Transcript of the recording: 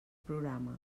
programa